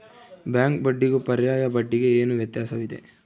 Bank ಬಡ್ಡಿಗೂ ಪರ್ಯಾಯ ಬಡ್ಡಿಗೆ ಏನು ವ್ಯತ್ಯಾಸವಿದೆ?